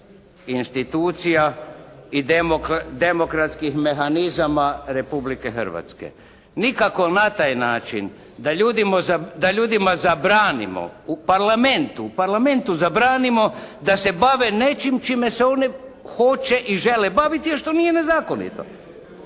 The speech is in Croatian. institucija i demokratskih mehanizama Republike Hrvatske. Nikako na taj način da ljudima zabranimo u Parlamentu, u Parlamentu zabranimo da se bave nečim čime se one hoće i žele baviti a što nije nezakonito.